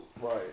right